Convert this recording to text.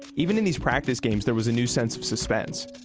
even in these practice games there was a new sense of suspense.